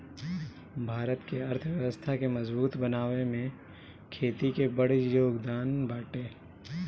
भारत के अर्थव्यवस्था के मजबूत बनावे में खेती के बड़ जोगदान बाटे